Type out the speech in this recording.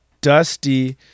dusty